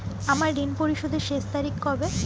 আমার ঋণ পরিশোধের শেষ তারিখ কবে?